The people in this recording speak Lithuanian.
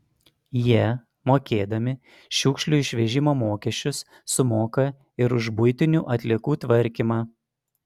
jie mokėdami šiukšlių išvežimo mokesčius sumoka ir už buitinių atliekų tvarkymą